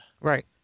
Right